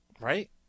Right